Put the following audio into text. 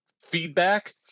feedback